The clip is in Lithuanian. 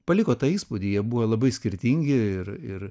paliko tą įspūdį jie buvo labai skirtingi ir ir